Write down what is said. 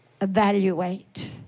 evaluate